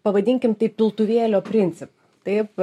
pavadinkim tai piltuvėlio principu taip